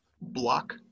block